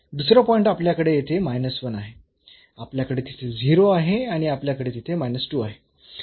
दुसरा पॉईंट आपल्याकडे येथे आहे आपल्याकडे तिथे 0 आहे आणि आपल्याकडे तिथे आहे